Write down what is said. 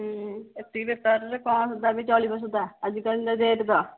ଉଁ ଏତିକିରେ ବେପାରରେ କ'ଣ ଦାମି ଚଳିବ ସୁଧା ଆଜିକାଲିର ରେଟ୍ ତ